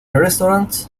restaurants